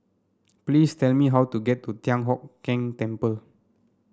please tell me how to get to Thian Hock Keng Temple